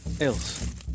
else